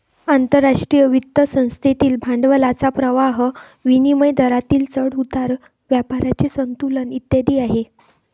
आंतरराष्ट्रीय वित्त संस्थेतील भांडवलाचा प्रवाह, विनिमय दरातील चढ उतार, व्यापाराचे संतुलन इत्यादी आहे